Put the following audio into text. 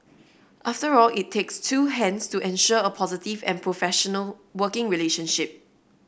after all it takes two hands to ensure a positive and professional working relationship